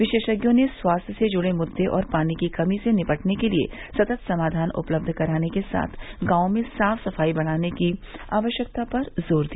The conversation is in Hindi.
विशेषज्ञों ने स्वास्थ्य से जुड़े मुद्दों और पानी की कमी से निपटने के लिए सतत समाधान उपलब्ध कराने के साथ गांवों में साफ सफाई बढ़ाने की आवश्यकता पर जोर दिया